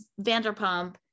Vanderpump